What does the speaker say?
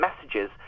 messages